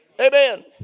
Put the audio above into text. Amen